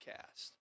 cast